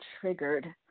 triggered